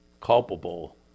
culpable